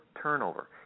turnover